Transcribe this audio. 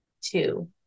Two